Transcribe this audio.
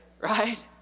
right